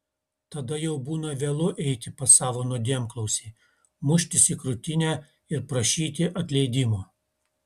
tada jau būna vėlu eiti pas savo nuodėmklausį muštis į krūtinę ir prašyti atleidimo